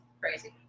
crazy